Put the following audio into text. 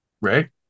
Right